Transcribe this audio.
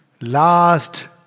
last